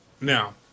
now